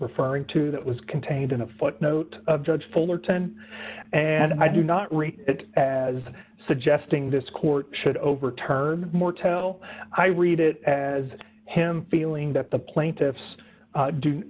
referring to that was contained in a footnote of judge fullerton and i do not read it as suggesting this court should overturn mortel i read it as him feeling that the plaintiffs